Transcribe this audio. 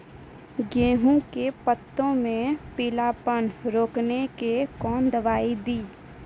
गेहूँ के पत्तों मे पीलापन रोकने के कौन दवाई दी?